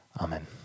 Amen